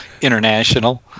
International